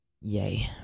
Yay